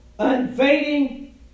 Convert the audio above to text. unfading